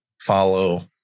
follow